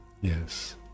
yes